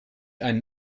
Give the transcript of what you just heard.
einen